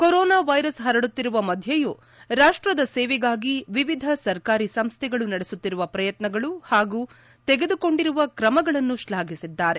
corona virus ಪರಡುತ್ತಿರುವ ಮಧ್ನೆಯೂ ರಾಷ್ಷದ ಸೇವೆಗಾಗಿ ವಿವಿಧ ಸರ್ಕಾರಿ ಸಂಸ್ಟೆಗಳು ನಡೆಸುತ್ತಿರುವ ಪ್ರಯತ್ನಗಳು ಹಾಗೂ ತೆಗೆದುಕೊಂಡಿರುವ ಕ್ರಮಗಳನ್ನು ಶ್ಲಾಘಿಸಿದ್ದಾರೆ